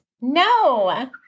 no